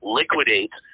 liquidate